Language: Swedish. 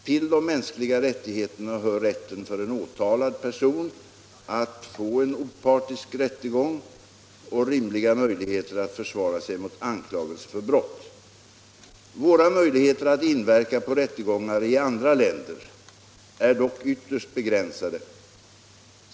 Till de mänskliga rättigheterna hör rätten för en åtalad person att få en opartisk rättegång och rimliga möjligheter att försvara sig mot anklagelser för brott. Våra möjligheter att inverka på rättegångar i andra länder är dock ytterst begränsade.